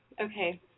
Okay